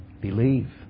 Believe